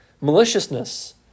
maliciousness